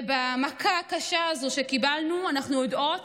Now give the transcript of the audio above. ובמכה הקשה הזו שקיבלנו אנחנו יודעות